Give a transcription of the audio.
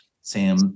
Sam